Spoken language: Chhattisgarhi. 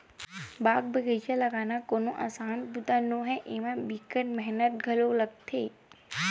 बाग बगिचा लगाना कोनो असान बूता नो हय, एमा बिकट मेहनत घलो लागथे